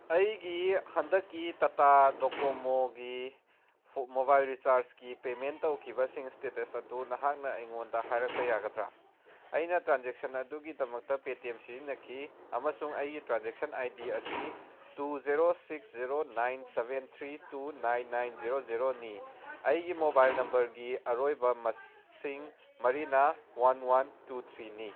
ꯑꯩꯒꯤ ꯍꯟꯗꯛꯀꯤ ꯇꯇꯥ ꯗꯣꯀꯣꯃꯣꯒꯤ ꯃꯣꯕꯥꯏꯜ ꯔꯤꯆꯥꯔꯖꯀꯤ ꯄꯦꯃꯦꯟ ꯇꯧꯈꯤꯕꯁꯤꯡ ꯏꯁꯇꯦꯇꯁ ꯑꯗꯨ ꯅꯍꯥꯛꯅ ꯑꯩꯉꯣꯟꯗ ꯍꯥꯏꯔꯛꯄ ꯌꯥꯒꯗ꯭ꯔ ꯑꯩꯅ ꯇ꯭ꯔꯥꯟꯖꯦꯛꯁꯟ ꯑꯗꯨꯒꯤꯗꯃꯛꯇ ꯄꯦꯇꯤꯑꯦꯝ ꯁꯤꯖꯤꯟꯅꯈꯤ ꯑꯃꯁꯨꯡ ꯑꯩꯒꯤ ꯇ꯭ꯔꯥꯟꯖꯦꯛꯁꯟ ꯑꯥꯏ ꯗꯤ ꯑꯁꯤ two zero six zero nine seven three two nine nine zero ꯖꯦꯔꯣꯅꯤ ꯑꯩꯒꯤ ꯃꯣꯕꯥꯏꯜ ꯅꯝꯕꯔꯒꯤ ꯑꯔꯣꯏꯕ ꯃꯁꯤꯡ ꯃꯔꯤꯅ ꯋꯥꯟ ꯋꯥꯟ ꯇꯨ ꯊ꯭ꯔꯤꯅꯤ